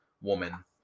woman